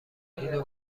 اینو